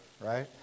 right